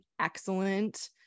excellent